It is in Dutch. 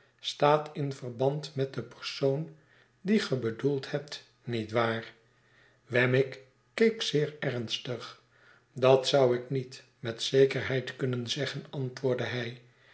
staat in verband met den persoon dien ge bedoeld hebt niet waar wemmick keek zeer ernstig dat zou ik niet met zekerheid kunnen zeggen antwoordde hij